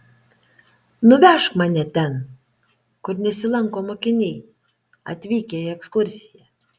nuvežk mane ten kur nesilanko mokiniai atvykę į ekskursiją